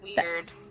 Weird